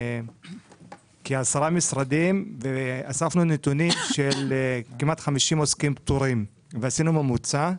כעשרה משרדים ואספנו נתונים של כמעט 50 עוסקים פטורים ועשינו ממוצע.